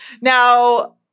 Now